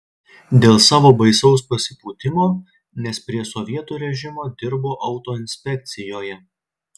dėl savo baisaus pasipūtimo nes prie sovietų režimo dirbo autoinspekcijoje